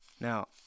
Now